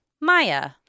Maya